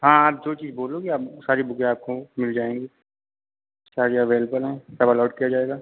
हाँ आप जो चीज़ बोलोगे आप सारी बुकें आपको मिल जाएंगी सारी अवेलेबल सारी अलॉट किया जाएगा